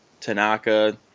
Tanaka